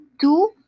two